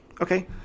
Okay